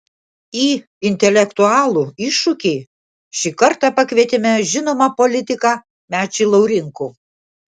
į intelektualų iššūkį šį kartą pakvietėme žinomą politiką mečį laurinkų